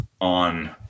on